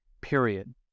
period